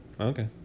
Okay